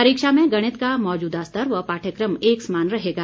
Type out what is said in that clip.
परीक्षा में गणित का मौजूदा स्तर व पाठयक्रम एक समान रहेगा